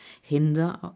hinder